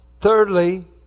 Thirdly